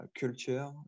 culture